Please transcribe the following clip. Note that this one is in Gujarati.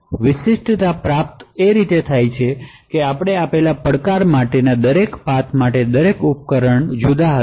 અહી વિશિષ્ટતા પ્રાપ્ત થાય છે કારણ કે આપેલ ચેલેંજ માટેના આ દરેક પાથ દરેક ઉપકરણ માટે જુદા હશે